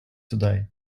today